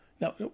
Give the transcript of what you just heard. Now